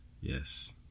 Yes